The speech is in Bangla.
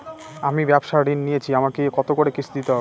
আমি ব্যবসার ঋণ নিয়েছি আমাকে কত করে কিস্তি দিতে হবে?